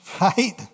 right